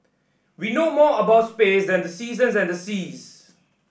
we know more about space than the seasons and the seas